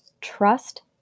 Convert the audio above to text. Trust